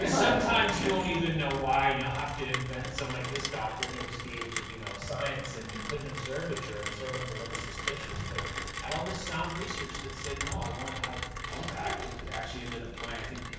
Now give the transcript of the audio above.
sometimes you don't even know why, and you'll have to invent some, like this doctor. and it was the age of, you know, science, and you couldn't observe a germ, so everyone's a little suspicious, but and all this sound research that said, no, i wanna have impact, and actually ended up going, i think,